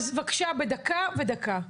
אז בבקשה, דקה ודקה.